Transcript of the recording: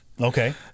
okay